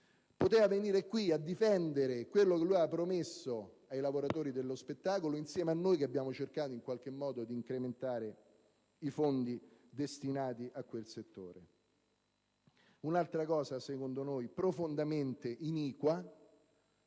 Poteva venire qui a difendere quello che aveva promesso ai lavoratori dello spettacolo, insieme a noi che abbiamo cercato in qualche modo di incrementare i fondi destinati a quel settore. Un'altra iniziativa profondamente iniqua,